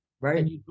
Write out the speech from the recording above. Right